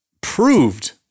proved